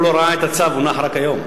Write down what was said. הוא לא ראה את הצו, הוא הונח רק היום.